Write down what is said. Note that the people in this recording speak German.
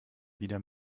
wieder